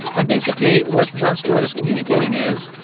and basically, what jon stewart is communicating is,